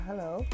Hello